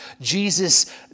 Jesus